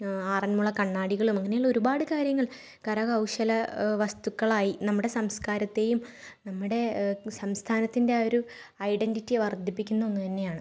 ആറന്മുള കണ്ണാടികളും അങ്ങനെയുള്ള ഒരുപാട് കാര്യങ്ങൾ കരകൗശല വസ്തുക്കളായി നമ്മുടെ സംസ്കാരത്തെയും നമ്മുടെ സംസ്ഥാനത്തിൻ്റെ ആ ഒരു ഐഡൻറ്റിറ്റി വർദ്ധിപ്പിക്കുന്ന ഒന്ന് തന്നെയാണ്